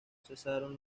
cesaron